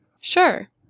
Sure